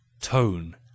tone